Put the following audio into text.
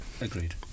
Agreed